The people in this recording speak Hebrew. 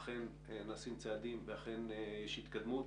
אכן נעשים צעדים ואכן יש התקדמות.